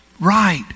right